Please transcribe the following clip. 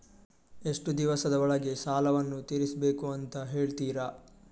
ಎಷ್ಟು ದಿವಸದ ಒಳಗೆ ಸಾಲವನ್ನು ತೀರಿಸ್ಬೇಕು ಅಂತ ಹೇಳ್ತಿರಾ?